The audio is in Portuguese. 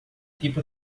tipo